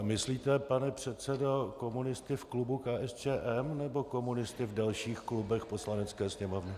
Myslíte, pane předsedo, komunisty v klubu KSČM, nebo komunisty v dalších klubech Poslanecké sněmovny?